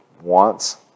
wants